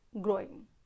growing